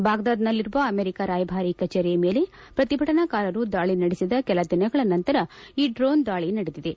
ಬಾಗ್ದಾದ್ನಲ್ಲಿರುವ America ರಾಯಭಾರಿ ಕಚೇರಿಯ ಮೇಲೆ ಪ್ರತಿಭಟನಾಕಾರರು ದಾಳಿ ನಡೆಸಿದ ಕೆಲ ದಿನಗಳ ನಂತರ ಈ ಡ್ರೋನ್ ದಾಳ ನಡೆದಿದೆ